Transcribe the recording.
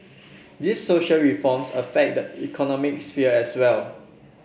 these social reforms affect the economic sphere as well